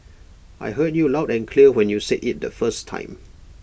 I heard you loud and clear when you said IT the first time